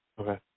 Okay